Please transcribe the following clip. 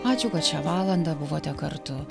ačiū kad šią valandą buvote kartu